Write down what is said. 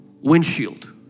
windshield